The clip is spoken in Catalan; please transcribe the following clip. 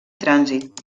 trànsit